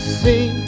see